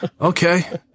okay